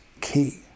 key